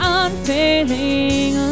unfailing